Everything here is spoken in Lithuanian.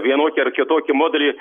vienokį ar kitokį modelį